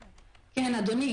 כן, אדוני.